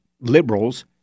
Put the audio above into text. liberals